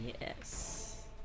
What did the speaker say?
Yes